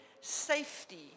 safety